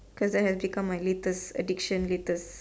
cause it has become my latest addiction latest